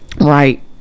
right